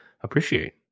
appreciate